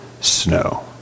snow